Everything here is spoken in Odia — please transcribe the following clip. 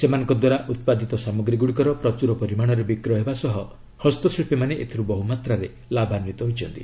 ସେମାନଙ୍କ ଦ୍ୱାରା ଉତ୍ପାଦିତ ସାମଗ୍ରୀ ଗୁଡ଼ିକର ପ୍ରଚୁର ପରିମାଣରେ ବିକ୍ରୟ ହେବା ସହ ହସ୍ତଶିଳ୍ପୀମାନେ ଏଥିରୁ ବହୁ ମାତ୍ରାରେ ଲାଭାନ୍ପିତ ହୋଇଛନ୍ତି